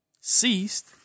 ceased